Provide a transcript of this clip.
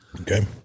Okay